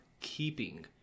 keeping